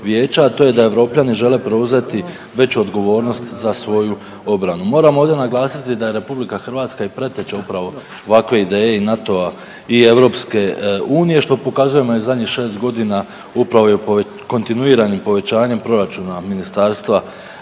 to je da Europljani žele preuzeti veću odgovornost za svoju obranu. Moramo ovdje naglasiti da je RH i preteča upravo ovakve ideje i NATO-a i EU, što pokazujemo i zadnjih 6 godina upravo i u kontinuiranom povećanjem proračuna MORH-a,